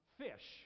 fish